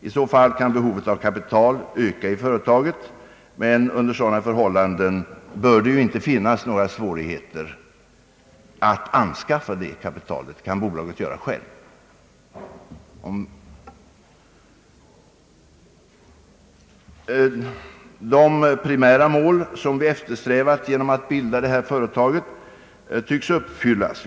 I så fall kan behovet av kapital komma att öka inom företaget, men under sådana förhållanden bör det inte möta några svårigheter att anskaffa detta — det kan bolaget göra självt. De primära mål som vi eftersträvat genom att bilda detta företag tycks uppfylias.